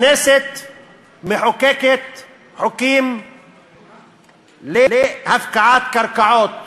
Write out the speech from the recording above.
הכנסת מחוקקת חוקים להפקעת קרקעות,